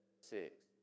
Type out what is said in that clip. six